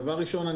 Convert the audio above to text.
דבר ראשון,